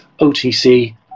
otc